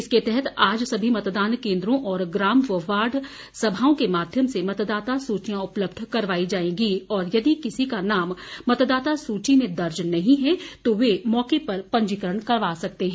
इसके तहत आज सभी मतदान केंद्रों और ग्राम व वार्ड सभाओं के माध्यम से मतदाता सूचियां उपलब्ध करवाई जाएंगी और यदि किसी का नाम मतदाता सूची में दर्ज नहीं है तो वे मौके पर पंजीकरण करवा सकते हैं